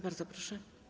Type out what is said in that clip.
Bardzo proszę.